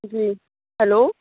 جی hello